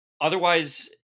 otherwise